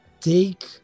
take